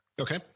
Okay